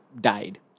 died